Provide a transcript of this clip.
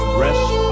rest